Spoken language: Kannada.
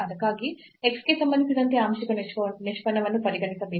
ಅದಕ್ಕಾಗಿ x ಗೆ ಸಂಬಂಧಿಸಿದಂತೆ ಆಂಶಿಕ ನಿಷ್ಪನ್ನವನ್ನು ಪರಿಗಣಿಸಬೇಕಾಗಿದೆ